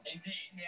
Indeed